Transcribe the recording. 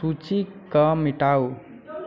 सूची कऽ मिटाउ